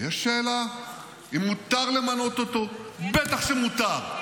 יש שאלה אם מותר למנות אותו, בטח שמותר.